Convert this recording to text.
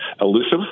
elusive